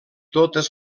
totes